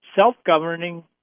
self-governing